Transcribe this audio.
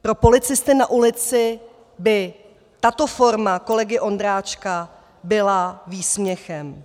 Pro policisty na ulici by tato forma kolegy Ondráčka byla výsměchem.